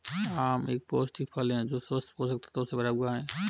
आम एक पौष्टिक फल है जो स्वस्थ पोषक तत्वों से भरा हुआ है